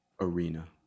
arena